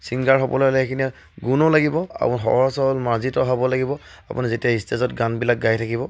singer হ'বলৈ হ'লে সেইখিনি গুণো লাগিব আপুনি সহজ সৰল মাৰ্জিত হ'ব লাগিব আপুনি যেতিয়া ষ্টেজত গানবিলাক গাই থাকিব